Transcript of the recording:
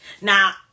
Now